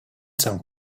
some